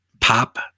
pop